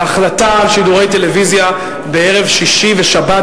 ההחלטה על שידורי טלוויזיה בשישי בערב ובשבת,